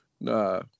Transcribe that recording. Nah